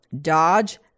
Dodge